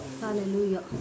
Hallelujah